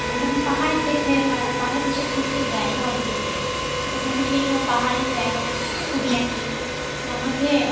আমি যখন পাহাড়ের দেখে পাহাড়ে পাহাড়ের দেশে ঘুরতে যাই হলিডেতে তো তখন আমি সেই সব পাহাড়ের জায়গায় ছবি আঁকি তো আমাকে